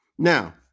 Now